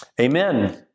Amen